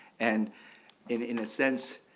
and in a sense,